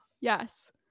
Yes